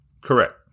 Correct